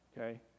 okay